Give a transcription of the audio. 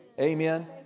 Amen